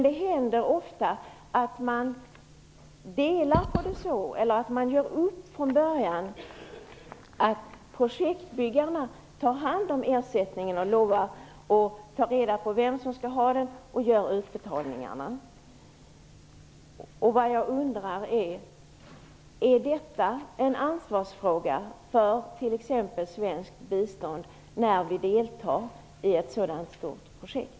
Det händer ofta att man gör upp om att projektörerna först skall ta hand om ersättningen, sedan skall ta reda på vilka som skall ha den och därefter skall göra utbetalningarna. Jag undrar om detta är en ansvarsfråga som berör t.ex. svenskt bistånd när vi deltar i ett sådant stort projekt.